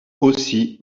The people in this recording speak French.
aussi